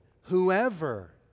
whoever